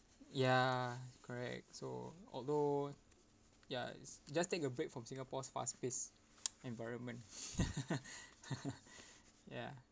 ya correct so although ya it's just take a break from singapore's fast paced environment ya